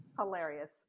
Hilarious